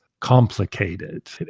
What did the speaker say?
complicated